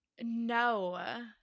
No